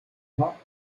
noirs